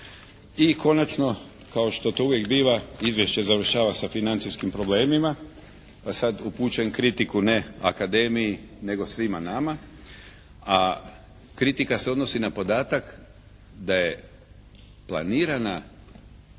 I konačno kao što to uvijek biva izvješće završava sa financijskim problemima, pa sada upućujem kritiku ne akademiji nego svima nama. A kritika se odnosi na podatak da je planirana